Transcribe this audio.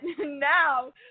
now